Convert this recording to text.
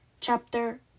chapter